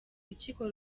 urukiko